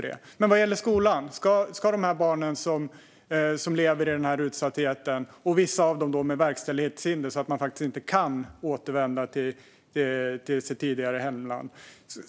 Jag undrar om skolan ska vara undantagen för de barn som lever i den här utsattheten - vissa av dem med verkställighetshinder så att man faktiskt inte kan återvända till sitt tidigare hemland.